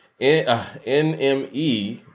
NME